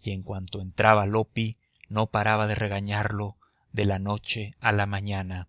y en cuanto entraba loppi no paraba de regañarlo de la noche a la mañana